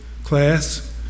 class